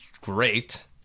great